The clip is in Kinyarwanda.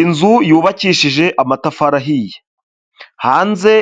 Inzu yubakishije amatafari ahiye, hanze